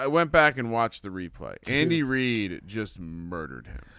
ah went back and watched the replay. andy reid just murdered him.